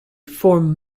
formed